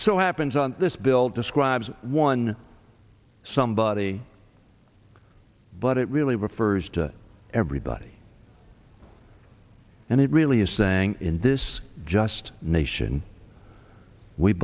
so happens on this bill describes one somebody but it really refers to everybody and it really is saying in this just nation we